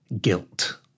guilt